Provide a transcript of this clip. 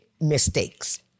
mistakes